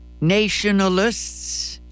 nationalists